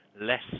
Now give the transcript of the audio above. less